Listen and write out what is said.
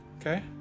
okay